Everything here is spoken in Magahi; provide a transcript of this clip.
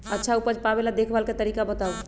अच्छा उपज पावेला देखभाल के तरीका बताऊ?